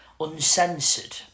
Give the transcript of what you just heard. Uncensored